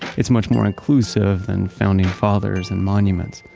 it's much more inclusive than founding fathers and monuments.